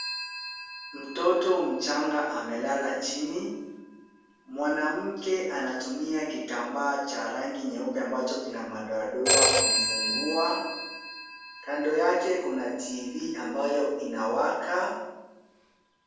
Mtoto mchanga amelala chini. Mwanamke anatumia kitambaa cha rangi nyeupe ambacho kina madoadoa kumfunguwa. Kando yake kuna TV ambayo inawaka.